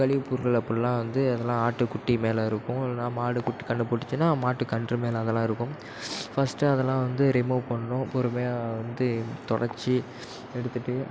கழிவு பொருள் அப்படிலாம் வந்து அதெல்லாம் ஆட்டு குட்டி மேலே இருக்கும் இல்லைனா மாடு குட்டி கன்று போட்டுச்சுனா மாட்டு கன்று மேலே அதெல்லாம் இருக்கும் ஃபர்ஸ்ட் அதெல்லாம் வந்து ரிமூவ் பண்ணணும் பொறுமையாக வந்து துடச்சி எடுத்துவிட்டு